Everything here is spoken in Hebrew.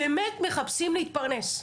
באמת מחפשים להתפרנס.